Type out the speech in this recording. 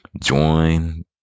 join